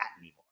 anymore